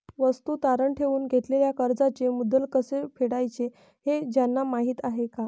वस्तू तारण ठेवून घेतलेल्या कर्जाचे मुद्दल कसे फेडायचे हे त्यांना माहीत आहे का?